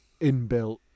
inbuilt